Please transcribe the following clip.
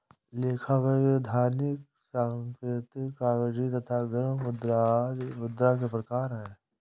लेखा, वैधानिक, सांकेतिक, कागजी तथा गर्म मुद्रा आदि मुद्रा के प्रकार हैं